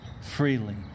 freely